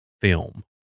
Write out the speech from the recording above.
film